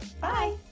Bye